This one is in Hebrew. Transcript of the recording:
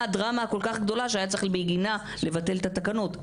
מה הדרמה הגדולה כל-כך שהיה צריך בגינה לבטל את התקנות.